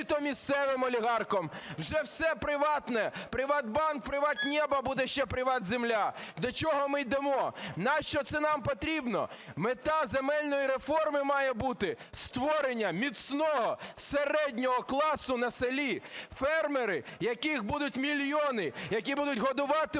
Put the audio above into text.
то місцевим олігархам. Вже все приватне: "ПриватБанк", "ПриватНебо", буде ще "ПриватЗемля". До чого ми йдемо? Нащо це нам потрібно? Мета земельної реформи має бути – створення міцного середнього класу на селі, фермери, яких будуть мільйони, які будуть годувати